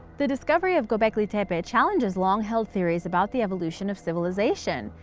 the discovery of gobekli tepe ah challenges long-held theories about the evolution of civilization.